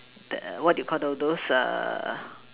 the what you Call those those err